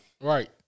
Right